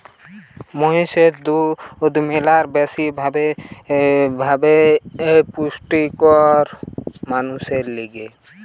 মহিষের দুধ ম্যালা বেশি ভাবে পুষ্টিকর মানুষের লিগে